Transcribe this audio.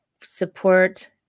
support